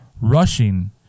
Rushing